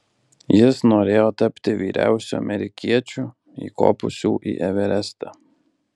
jis norėjo tapti vyriausiu amerikiečiu įkopusių į everestą